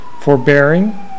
Forbearing